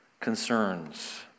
concerns